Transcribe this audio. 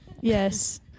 yes